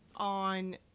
On